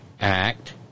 Act